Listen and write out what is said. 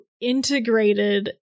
integrated